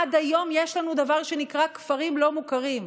עד היום יש לנו דבר שנקרא כפרים לא מוכרים,